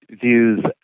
views